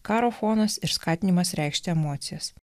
karo fonas ir skatinimas reikšti emocijas